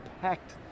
packed